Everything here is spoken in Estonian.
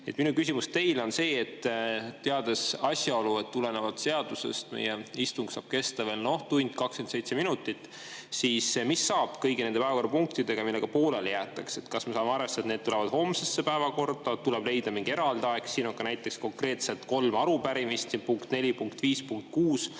Minu küsimus teile on see, et teades asjaolu, et tulenevalt seadusest meie istung saab kesta veel 1 tund ja 27 minutit, siis mis saab kõigi nende päevakorrapunktidega, millega pooleli jäädakse? Kas me saame arvestada, et need tulevad homsesse päevakorda? Või tuleb leida mingi eraldi aeg? Siin on näiteks konkreetselt kolm arupärimist, punkt 4,